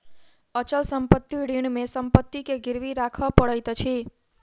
अचल संपत्ति ऋण मे संपत्ति के गिरवी राखअ पड़ैत अछि